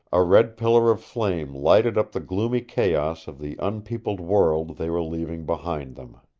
a red pillar of flame lighted up the gloomy chaos of the unpeopled world they were leaving behind them.